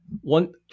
one